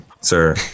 sir